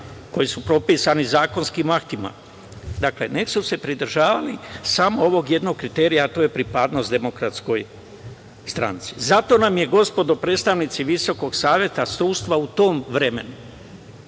koji su propisani zakonskim aktima, nego su se pridržavali samo ovog jednog kriterijuma, a to je pripadnost DS.Zato nam je, gospodo predstavnici Visokog saveta sudstva, u tom vremenu